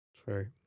True